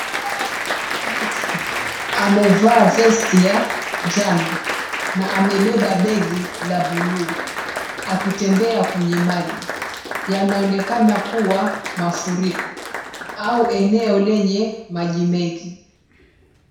Mtu amevaa vesti ya njano na amebeba begi la buluu akitembea kwenye maji. Yanaonekana kuwa mafuriko au eneo lenye maji mengi.